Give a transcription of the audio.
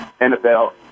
NFL